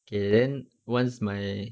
okay then once my